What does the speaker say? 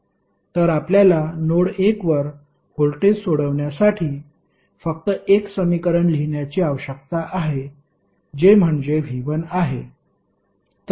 तर आपल्याला नोड 1 वर व्होल्टेज सोडवण्यासाठी फक्त एक समीकरण लिहिण्याची आवश्यकता आहे जे म्हणजे V1 आहे